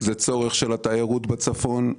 זה צורך של התיירות בצפון,